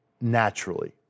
naturally